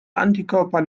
antikörper